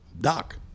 Doc